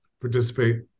participate